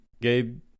Gabe